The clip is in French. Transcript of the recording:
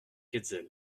hetzel